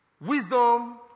Wisdom